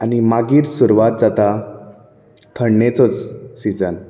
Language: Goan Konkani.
आनी मागीर सुरवात जाता थंडेचो सिझन